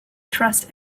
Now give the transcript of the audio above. trust